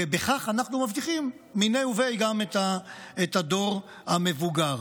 ובכך אנחנו מבטיחים מניה וביה גם את הדור המבוגר.